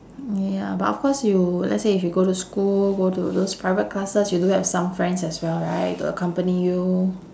ya but of course you let's say if you go to school go to those private classes you do have some friends as well right to accompany you